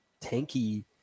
tanky